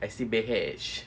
I said bitch